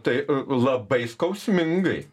tai labai skausmingai